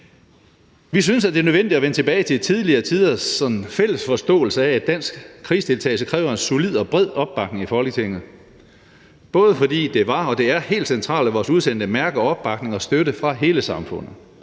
Vi synes, det er nødvendigt at vende tilbage til tidligere tiders sådan fælles forståelse af, at dansk krigsdeltagelse kræver en solid og bred opbakning i Folketinget, fordi det var og er helt centralt, at vores udsendte mærker opbakning og støtte fra hele samfundet